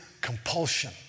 compulsion